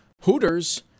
Hooters